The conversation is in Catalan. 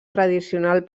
tradicional